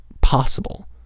possible